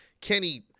Kenny